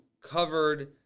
covered